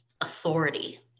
authority